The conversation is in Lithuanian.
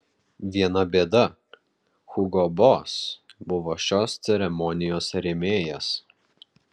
viena bėda hugo boss buvo šios ceremonijos rėmėjas